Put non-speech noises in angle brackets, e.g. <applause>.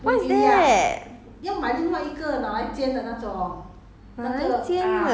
<breath> <laughs> what is that